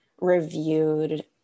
reviewed